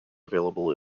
available